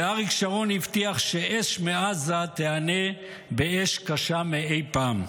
ואריק שרון הבטיח שאש מעזה תיענה באש קשה מאי פעם.